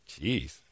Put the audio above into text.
Jeez